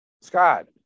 Scott